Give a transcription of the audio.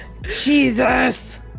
jesus